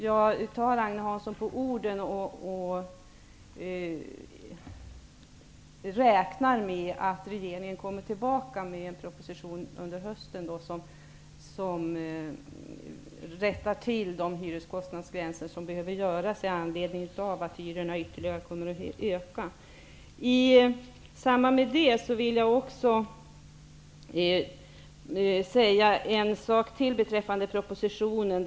Jag tar Agne Hansson på orden och räknar med att regeringen återkommer med en proposition under hösten, där man rättar till de hyreskostnadsgränser som behöver ändras med anledning av att hyrorna ytterligare kommer att öka. I det sammanhanget vill jag säga ytterligare en sak beträffande propositionen.